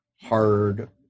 hard